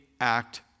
act